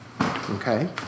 okay